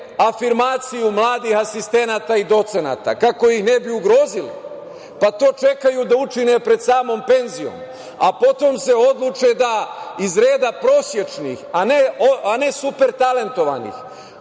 afirmaciju mladih asistenata i docenata kako ih ne bi ugrozili, pa to čekaju da učine pred samom penzijom, a potom se odluče da iz reda prosečnih, a ne supertalentovanih,